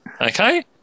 Okay